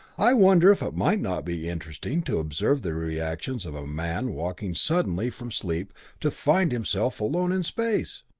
i wonder if it might not be interesting to observe the reactions of a man waking suddenly from sleep to find himself alone in space?